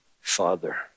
father